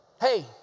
hey